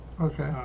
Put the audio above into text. okay